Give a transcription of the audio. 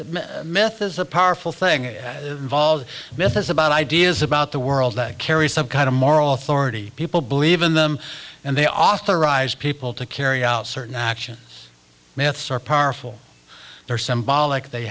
is a powerful thing it involves myth is about ideas about the world that carry some kind of moral authority people believe in them and they authorize people to carry out certain actions myths are powerful they're symbolic they